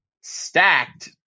stacked